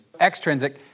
Extrinsic